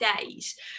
days